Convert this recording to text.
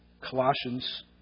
Colossians